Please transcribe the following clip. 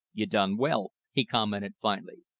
you done well, he commented finally.